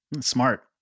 Smart